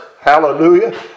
Hallelujah